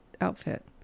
outfit